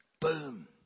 boom